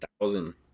thousand